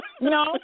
No